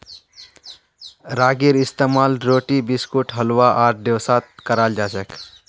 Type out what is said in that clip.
रागीर इस्तेमाल रोटी बिस्कुट हलवा आर डोसात कराल जाछेक